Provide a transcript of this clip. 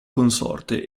consorte